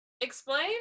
Explain